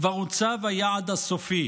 כבר הוצב היעד הסופי: